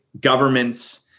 governments